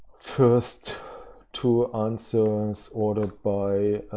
first two answers ordered by,